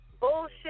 bullshit